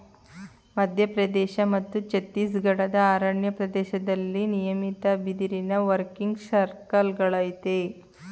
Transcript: ಮಧ್ಯಪ್ರದೇಶ ಮತ್ತು ಛತ್ತೀಸ್ಗಢದ ಅರಣ್ಯ ಪ್ರದೇಶ್ದಲ್ಲಿ ನಿಯಮಿತ ಬಿದಿರಿನ ವರ್ಕಿಂಗ್ ಸರ್ಕಲ್ಗಳಯ್ತೆ